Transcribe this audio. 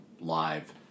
live